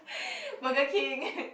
Burger King